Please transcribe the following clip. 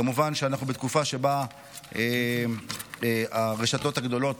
כמובן שאנחנו בתקופה שבה הרשתות הגדולות